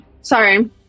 Sorry